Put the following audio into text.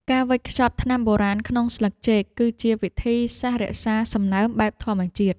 ការវេចខ្ចប់ថ្នាំបុរាណក្នុងស្លឹកចេក គឺជាវិធីសាស្ត្ររក្សាសំណើមបែបធម្មជាតិ។